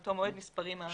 שמאותו מועד נספרים הימים.